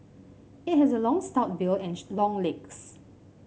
it has a long stout bill and long legs